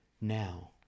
now